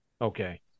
Okay